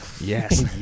Yes